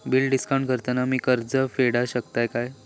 Bill discount करान मी कर्ज फेडा शकताय काय?